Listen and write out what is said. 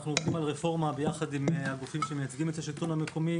אנחנו עובדים על רפורמה ביחד עם הגופים שמייצגים את השלטון המקומי.